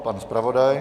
Pan zpravodaj.